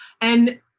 And-